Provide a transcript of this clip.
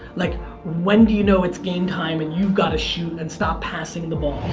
like when do you know it's game time and you've got to shoot and stop passing the ball?